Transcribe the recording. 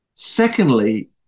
Secondly